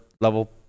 level